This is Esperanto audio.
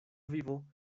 vivo